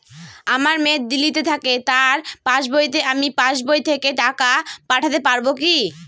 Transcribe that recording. আমার মেয়ে দিল্লীতে থাকে তার পাসবইতে আমি পাসবই থেকে টাকা পাঠাতে পারব কি?